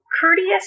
courteous